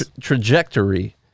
trajectory